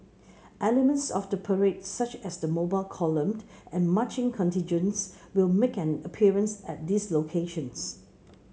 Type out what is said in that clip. elements of the parade such as the Mobile Column and marching contingents will make an appearance at these locations